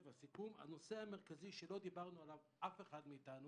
הנושא המרכזי שלא דיבר עליו אף אחד מאתנו